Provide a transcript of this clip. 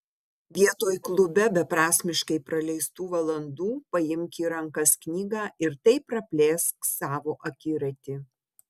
vietoj klube beprasmiškai praleistų valandų paimk į rankas knygą ir taip praplėsk savo akiratį